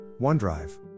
OneDrive